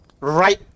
Right